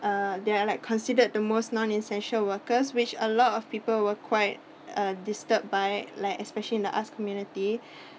uh they are like considered the most non essential workers which a lot of people were quite uh disturbed by like especially in the arts community